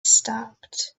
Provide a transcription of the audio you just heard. stopped